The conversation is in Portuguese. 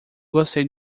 gostei